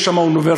יש שם אוניברסיטה,